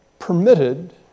permitted